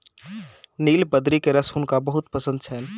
नीलबदरी के रस हुनका बहुत पसंद छैन